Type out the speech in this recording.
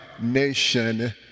nation